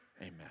Amen